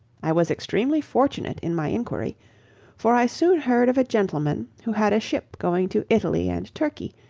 i was extremely fortunate in my inquiry for i soon heard of a gentleman who had a ship going to italy and turkey,